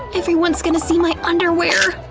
everyone's gonna see my underwear!